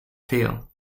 feel